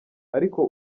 ariko